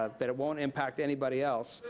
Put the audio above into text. ah that it won't impact anybody else.